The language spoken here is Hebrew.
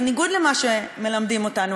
בניגוד למה שמלמדים אותנו.